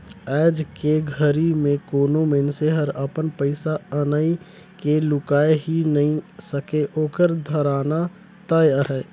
आयज के घरी मे कोनो मइनसे हर अपन पइसा अनई के लुकाय ही नइ सके ओखर धराना तय अहे